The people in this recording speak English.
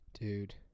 Dude